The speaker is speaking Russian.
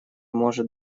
может